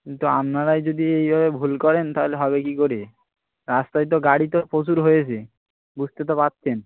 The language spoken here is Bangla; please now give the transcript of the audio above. কিন্তু আপনারাই যদি এইভাবে ভুল করেন তাহলে হবে কী করে রাস্তায় তো গাড়ি তো প্রচুর হয়েছে বুঝতে তো পারছেন